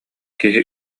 киһи